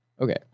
Okay